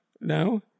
no